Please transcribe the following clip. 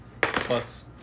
plus